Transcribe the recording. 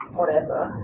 whatever.